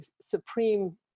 supreme